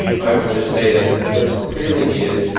i would just say that, what's clearly needed,